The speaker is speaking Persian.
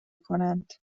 کنند